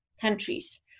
countries